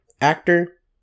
actor